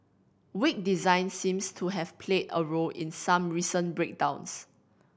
weak design seems to have played a role in some recent breakdowns